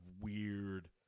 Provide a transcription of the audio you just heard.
weird